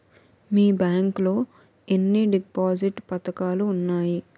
మీ bank లో ఎన్ని deposit పథకాలు ఉన్నాయి?